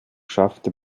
schaffte